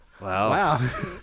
wow